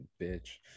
bitch